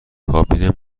کابین